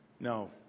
No